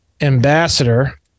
ambassador